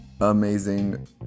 Amazing